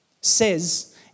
Says